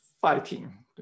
fighting